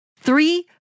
three